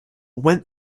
went